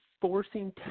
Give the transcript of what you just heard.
forcing